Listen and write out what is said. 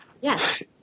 Yes